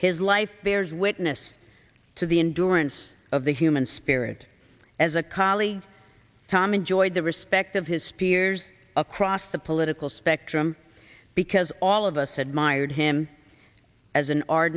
his life bears witness to the in durance of the human spirit as a colleague tom enjoyed the respect of his peers across the political spectrum because all of us admire him as an ar